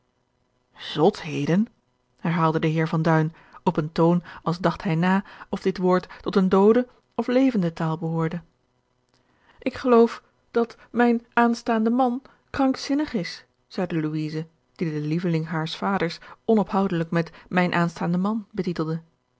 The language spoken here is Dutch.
zotheden herhaalde de heer van duin op een toon als dacht hij na of dit woord tot eene doode of levende taal behoorde ik geloof dat mijn aanstaande man krankzinnig is zeide louise die den lieveling haars vaders onophoudelijk met mijn aanstaanden man betitelde